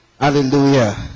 Hallelujah